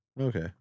Okay